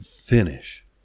finish